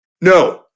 No